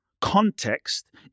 context